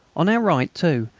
on our right, too,